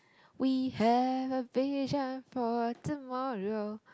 we have a vision for tomorrow